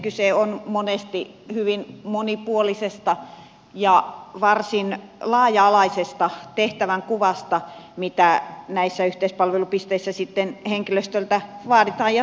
kyse on monesti hyvin monipuolisesta ja varsin laaja alaisesta tehtävänkuvasta mitä näissä yhteispalvelupisteissä sitten henkilöstöltä vaaditaan ja tarvitaan